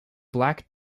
black